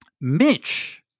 mitch